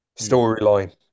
storyline